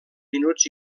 minuts